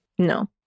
No